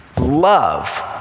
love